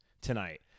tonight